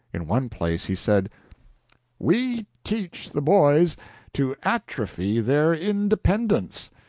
in one place he said we teach the boys to atrophy their independence.